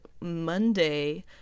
Monday